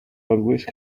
always